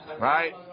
Right